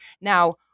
Now